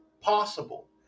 possible